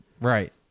Right